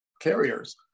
carriers